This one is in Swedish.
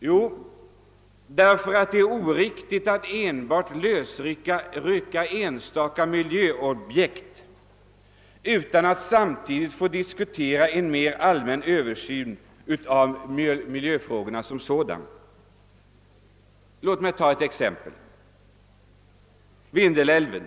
Jo, därför att det är oriktigt att lösrycka enstaka miljöobjekt utan att samtidigt få diskutera en mer allmän översyn av miljöfrågorna som sådana. Låt mig ta ett exempel — Vindelälven.